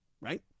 right